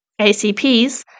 ACPs